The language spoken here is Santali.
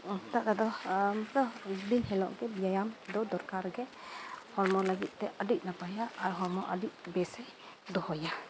ᱚᱱᱠᱟ ᱠᱟᱛᱮᱫ ᱜᱮ ᱟᱢ ᱫᱚ ᱫᱤᱱᱟᱹᱢ ᱦᱤᱞᱳᱹᱜ ᱫᱚ ᱵᱮᱭᱟᱢ ᱫᱚ ᱫᱚᱨᱠᱟᱨ ᱜᱮ ᱦᱚᱲᱢᱚ ᱞᱟᱹᱜᱤᱫᱼᱛᱮ ᱟᱹᱰᱤ ᱱᱟᱯᱟᱭᱟ ᱟᱨ ᱦᱚᱲᱢᱚ ᱟᱹᱰᱤ ᱵᱮᱥᱮ ᱫᱚᱦᱚᱭᱟ